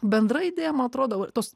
bendra idėja man atrodo tos